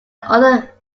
other